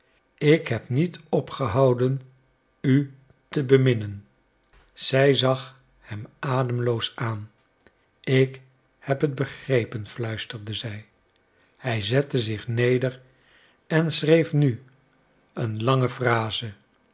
ik heb niet opgehouden u te beminnen zij zag hem ademloos aan ik heb het begrepen fluisterde zij hij zette zich neder en schreef nu een lange